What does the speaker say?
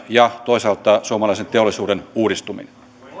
ja toisaalta suomalaisen teollisuuden uudistuminen